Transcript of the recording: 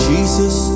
Jesus